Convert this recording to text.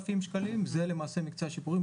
כן, הדבר זה נמצא בדיונים, עלי?